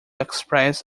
express